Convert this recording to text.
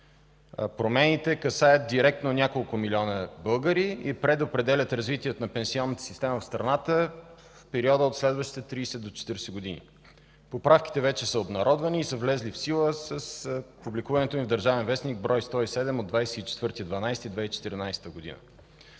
Промените касаят директно няколко милиона българи и предопределят развитието на пенсионната система в страната в периода от следващите 30-40 години. Поправките вече са обнародвани и влезли в сила с публикуването им в „Държавен вестник”, бр. 107 от 24.12.2014 г.